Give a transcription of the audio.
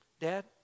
Dad